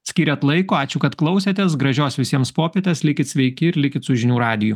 skyrėt laiko ačiū kad klausėtės gražios visiems popietės likit sveiki ir likit su žinių radiju